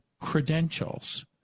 credentials